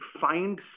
find